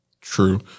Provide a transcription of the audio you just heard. True